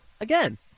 Again